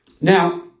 Now